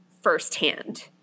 firsthand